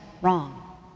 wrong